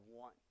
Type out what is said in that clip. want